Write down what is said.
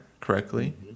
correctly